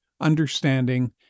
understanding